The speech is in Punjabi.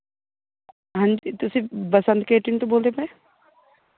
ਹਾਂਜੀ ਤੁਸੀਂ ਬਸੰਤ ਕੈਟਰਿੰਗ ਤੋਂ ਬੋਲਦੇ ਪਏ